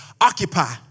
Occupy